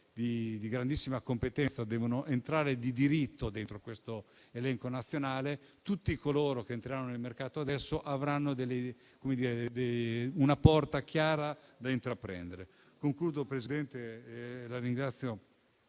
di grandissima competenza, devono entrare di diritto in questo elenco nazionale. Tutti coloro che entreranno nel mercato avranno adesso una strada chiara da intraprendere. Signor Presidente, il nostro